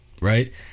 Right